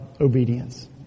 obedience